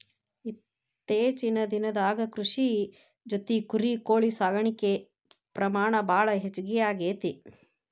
ಇತ್ತೇಚಿನ ದಿನದಾಗ ಕೃಷಿ ಜೊತಿ ಕುರಿ, ಕೋಳಿ ಸಾಕಾಣಿಕೆ ಪ್ರಮಾಣ ಭಾಳ ಹೆಚಗಿ ಆಗೆತಿ